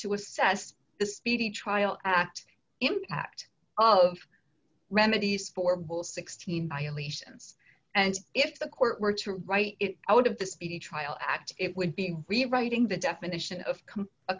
to assess the speedy trial act impact of remedies for bull sixteen violations and if the court were to write it out of the speedy trial act it would be rewriting the definition of